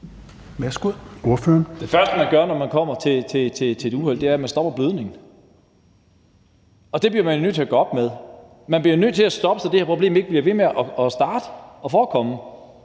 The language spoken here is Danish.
Det første, man gør, når man kommer til et uheld, er, at man stopper blødningen, altså man bliver jo nødt til at gøre op med det. Man bliver nødt til at stoppe det, så det her problem ikke bliver ved med at starte og forekomme,